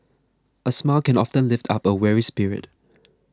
a smile can often lift up a weary spirit